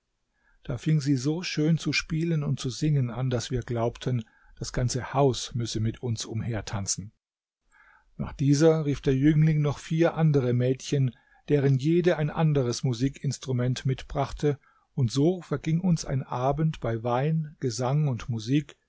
da fing sie so schön zu spielen und zu singen an daß wir glaubten das ganze haus müsse mit uns umhertanzen nach dieser rief der jüngling noch vier andere mädchen deren jede ein anderes musikinstrument mitbrachte und so verging uns ein abend bei wein gesang und musik